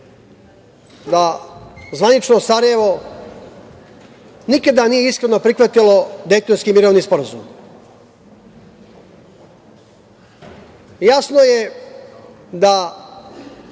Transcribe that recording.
da zvanično Sarajevo nikada nije iskreno prihvatilo Dejtonski mirovni sporazum. Jasno je da